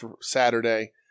Saturday